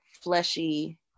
fleshy